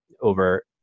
over